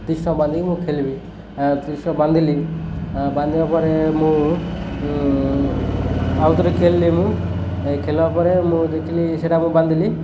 ତିିରିଶ ବାନ୍ଧିକି ମୁଁ ଖେଲିବି ତିିରିଶ ବାନ୍ଧିଲି ବାନ୍ଧିବା ପରେ ମୁଁ ଆଉ ଥରେ ଖେଳିଲି ମୁଁ ଖେଳିବା ପରେ ମୁଁ ଦେଖିଲି ସେଇଟା ମୁଁ ବାନ୍ଧିଲି